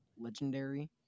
Legendary